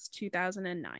2009